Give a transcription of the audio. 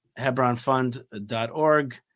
Hebronfund.org